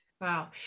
Wow